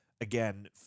again